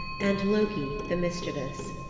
and loki the mischievous.